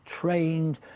trained